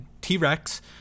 T-Rex